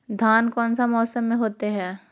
धान कौन सा मौसम में होते है?